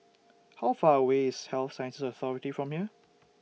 How Far away IS Health Sciences Authority from here